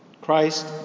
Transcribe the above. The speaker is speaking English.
Christ